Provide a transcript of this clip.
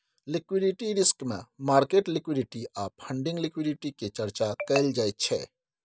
liquidity risk मे market liquidity आ funding liquidity के चर्चा कएल जाइ छै